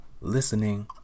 listening